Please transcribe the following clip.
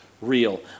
real